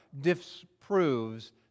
disproves